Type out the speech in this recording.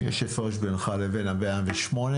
יש הפרש בינך לבין ה-108,000.